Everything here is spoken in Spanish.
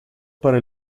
para